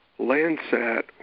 Landsat